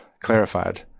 clarified